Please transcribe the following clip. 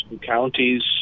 counties